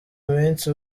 minsi